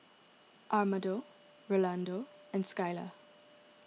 Amado Rolando and Skyla